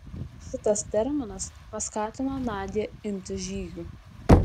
šitas terminas paskatino nadią imtis žygių